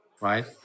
right